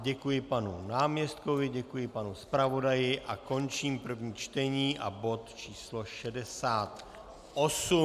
Děkuji panu náměstkovi, děkuji panu zpravodaji a končím první čtení a bod číslo 68.